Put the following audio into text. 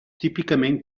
típicament